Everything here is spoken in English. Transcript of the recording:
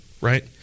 right